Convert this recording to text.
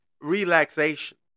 relaxation